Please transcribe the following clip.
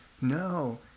No